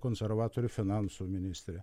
konservatorių finansų ministrė